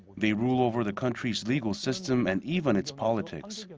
they rule over the country's legal system and even its politics.